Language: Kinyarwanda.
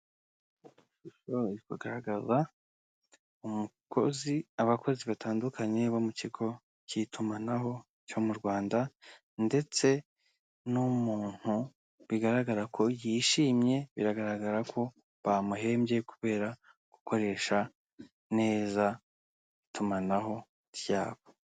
Kugaragaza umukozi abakozi batandukanye bo mu kigo cy'itumanaho cyo mu Rwanda ndetse n'umuntuntu bigaragara ko yishimye biragaragara ko bamuhembye kubera gukoresha neza itumanaho ryabo.